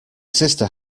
sister